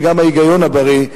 וגם ההיגיון הבריא,